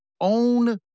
own